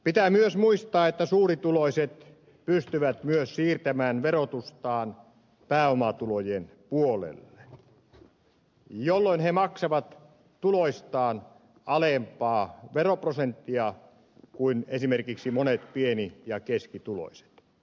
pitää myös muistaa että suurituloiset pystyvät myös siirtämään verotustaan pääomatulojen puolelle jolloin he maksavat tuloistaan alempaa veroprosenttia kuin esimerkiksi monet pieni ja keskituloiset